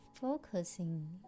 focusing